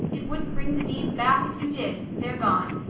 it wouldn't bring the deeds back if you did. they're gone.